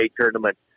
tournament